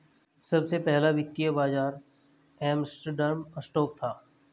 सबसे पहला वित्तीय बाज़ार एम्स्टर्डम स्टॉक था